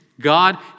God